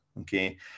okay